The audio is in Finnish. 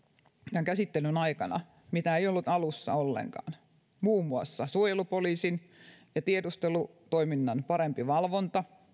tämän käsittelyn aikana mitä ei ollut alussa ollenkaan muun muassa suojelupoliisin ja tiedustelutoiminnan parempi valvonta